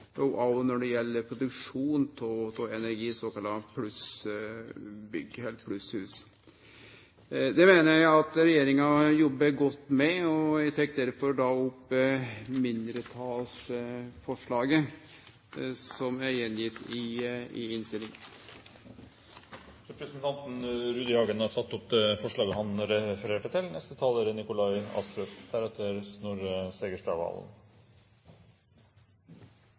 bygg, òg når det gjeld produksjon av energi i såkalla plusshus. Det meiner eg at regjeringa jobbar godt med, og eg tek derfor opp mindretalsforslaget som står i innstillinga. Representanten Torstein Rudihagen har tatt opp det forslaget han refererte til. Norge er